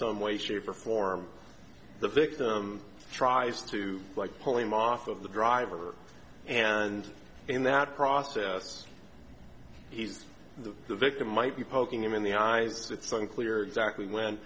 some way shape or form the victim tries to like pulling off of the driver and in that process he's the victim might be poking him in the eyes it's unclear exactly when